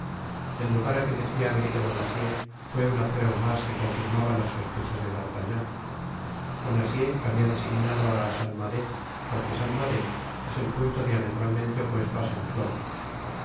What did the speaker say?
el lugar á que decia haber ido bonacieux fué una prueba mas que confirmaba las sospechas de d'artagnan bonacieux habia designado á saint mandé porque saint mandé es el punto diametralmente opuesto á